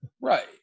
Right